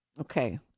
Okay